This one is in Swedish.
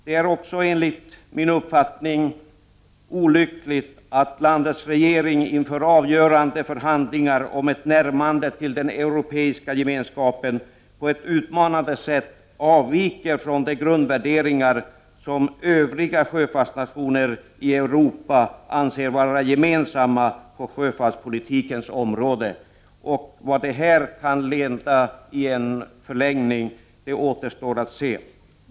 Det är också enligt min uppfattning olyckligt att landets regering inför avgörande förhandlingar om ett närmande till den europeiska gemenskapen på ett utmanande sätt avviker från de grundvärderingar som Övriga sjöfartsnationer i Europa anser vara gemensamma på sjöfartspolitikens område. Vart detta kan leda i en förlängning återstår att se.